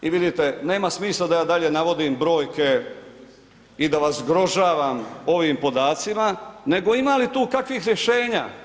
I vidite, nema smisla da dalje navodim brojke i da vas zgrožavam ovim podacima nego ima li tu kakvih rješenja?